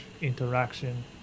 interaction